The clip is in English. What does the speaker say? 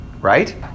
Right